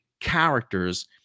characters